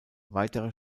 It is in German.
weitere